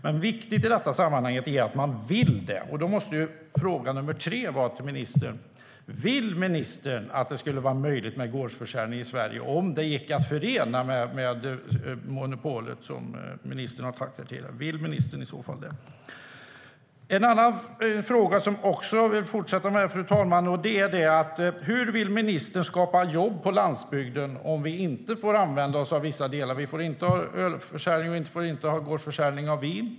Men viktigt i detta sammanhang är att man vill det. Fru talman! Den fråga som jag vill fortsätta med är: Hur vill ministern skapa jobb på landsbygden om vi inte får använda oss av vissa delar? Vi får inte ha ölförsäljning, och vi får inte ha gårdsförsäljning av vin.